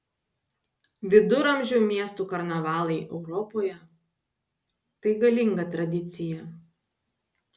viduramžių miestų karnavalai europoje tai galinga tradicija